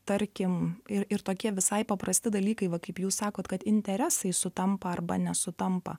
tarkim ir ir tokie visai paprasti dalykai va kaip jūs sakot kad interesai sutampa arba nesutampa